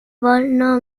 wolno